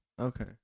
Okay